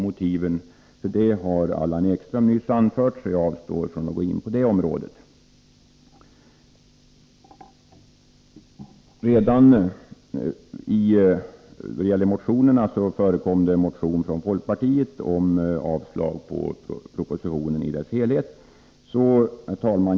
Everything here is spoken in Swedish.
Motiven till det har Allan Ekström nyss anfört, så jag avstår från att gå in på det området. I en motion från folkpartiet yrkades avslag på propositionen i dess helhet.